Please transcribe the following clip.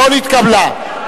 לא נתקבלה.